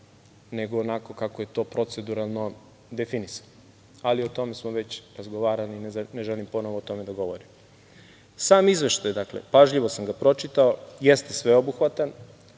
nego onako kako je to proceduralno definisano. Ali, o tome smo već razgovarali. Ne želim ponovo o tome da govorim. Sam izveštaj, pažljivo sam ga pročitao, jeste sveobuhvatan,